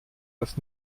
das